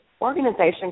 organization